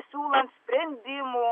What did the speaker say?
siūlant sprendimų